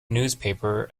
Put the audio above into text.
newspaper